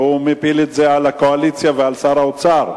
שמפיל את זה על הקואליציה ועל שר האוצר.